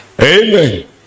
amen